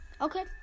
okay